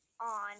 on